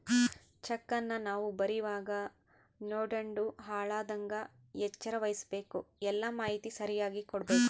ಚೆಕ್ಕನ್ನ ನಾವು ಬರೀವಾಗ ನೋಡ್ಯಂಡು ಹಾಳಾಗದಂಗ ಎಚ್ಚರ ವಹಿಸ್ಭಕು, ಎಲ್ಲಾ ಮಾಹಿತಿ ಸರಿಯಾಗಿ ಕೊಡ್ಬಕು